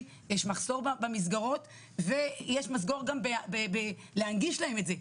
יש מחסור במסגרות ויש מחסור גם להנגיש להם את זה,